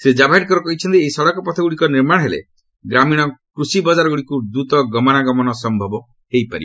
ଶ୍ରୀ ଜାବ୍ଡେକର କହିଛନ୍ତି ଏହି ସଡ଼କପଥଗୁଡ଼ିକ ନିର୍ମାଣ ହେଲେ ଗ୍ରାମୀଣ କୃଷିବଜାରଗୁଡ଼ିକୁ ଦ୍ରୁତ ଗମନାଗମନ ସମ୍ଭବ ହୋଇପାରିବ